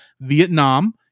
Vietnam